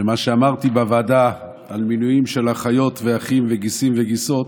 שמה שאמרתי בוועדה על מינויים של אחיות ואחים וגיסים וגיסות